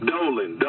Dolan